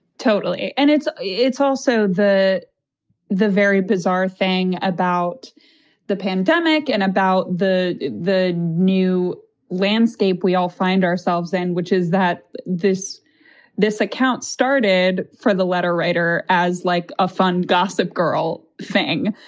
totally. and it's it's also the the very bizarre thing about the pandemic and about the the new landscape we all find ourselves in, which is that this this account started for the letter writer as like a fun gossip girl thing.